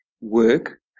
work